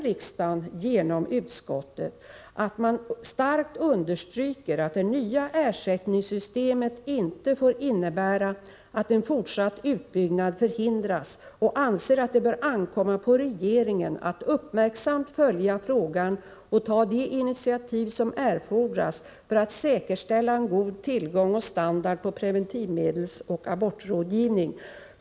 Riksdagen har genom utskottet understrukit att det nya ersättningssystemet inte får innebära att en fortsatt utbyggnad förhindras och anser att det bör ankomma på regeringen att uppmärksamt följa frågan samt ta de initiativ som erfordras för att säkerställa en god tillgång och standard på preventivmedelsoch abortrådgivning.